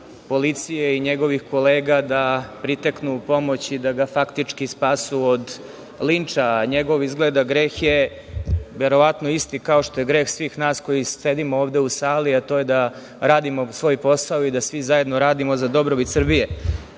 policije i njegovih kolega da priteknu u pomoć i da ga faktički spasu od linča. Njegov greh je verovatno isti kao što je greh svih nas koji sedimo ovde u sali, a to je da radimo svoj posao i da svi zajedno radimo za dobrobit Srbije. Moje